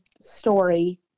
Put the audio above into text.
story